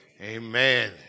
Amen